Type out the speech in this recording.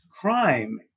crime